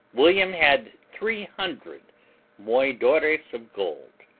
william had three hundred moidores of gold,